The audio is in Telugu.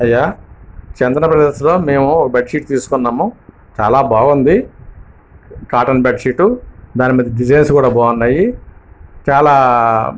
అయ్యా చందనా బ్రదర్స్లో మేము ఒక బెడ్ షీట్ తీసుకున్నాము చాలా బాగుంది కాటన్ బెడ్ షీట్ దానిమీద డిజైన్స్ కూడా బాగున్నాయి చాలా